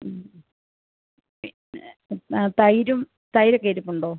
പിന്നേ തൈരും തൈരൊക്കെ ഇരിപ്പുണ്ടോ